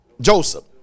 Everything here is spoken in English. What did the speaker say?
Joseph